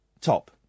top